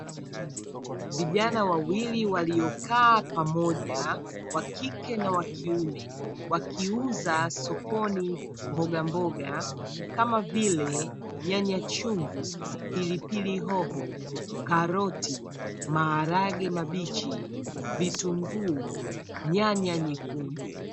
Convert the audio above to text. Vijana wawili waliokaa pamoja, wakike na wakiume, wakiuza sokoni mbogamboga kama vile: nyanya chungu, pilipili hoho, karoti, maharage mabichi, vitunguu, nyanya nyekundu.